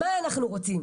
מה אנחנו רוצים,